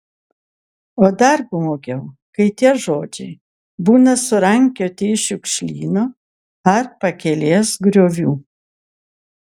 o dar blogiau kai tie žodžiai būna surankioti iš šiukšlyno ar pakelės griovių